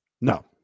No